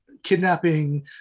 kidnapping